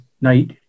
night